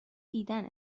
دیدن